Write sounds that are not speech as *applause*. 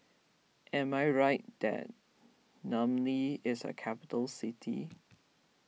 am I right that *unintelligible* is a capital city